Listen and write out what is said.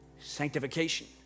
sanctification